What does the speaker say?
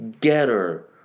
Getter